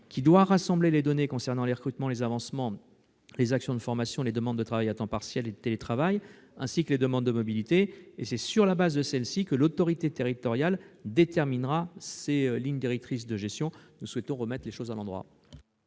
qui doit rassembler les données relatives aux recrutements, aux avancements, aux actions de formation et aux demandes de travail à temps partiel et de télétravail, ainsi qu'aux demandes de mobilité. Sur la base de ces données, l'autorité territoriale déterminera les lignes directrices de gestion. Nous souhaitons donc remettre les choses à l'endroit